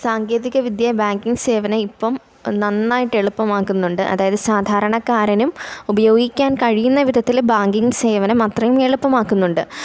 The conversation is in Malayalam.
സാങ്കേതിക വിദ്യ ബാങ്കിങ് സേവനം ഇപ്പോള് നന്നായിട്ട് എളുപ്പമാക്കുന്നുണ്ട് അതായത് സാധാരണക്കാരനും ഉപയോഗിക്കാൻ കഴിയുന്ന വിധത്തില് ബാങ്കിങ് സേവനം അത്രയും എളുപ്പമാക്കുന്നുണ്ട്